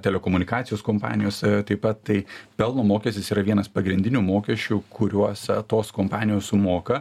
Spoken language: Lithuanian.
telekomunikacijos kompanijos taip pat tai pelno mokestis yra vienas pagrindinių mokesčių kuriuos tos kompanijos sumoka